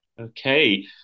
Okay